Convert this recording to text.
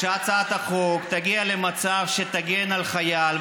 שהצעת החוק תגיע למצב שתגן על חייל,